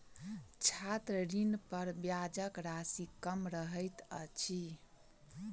छात्र ऋणपर ब्याजक राशि कम रहैत अछि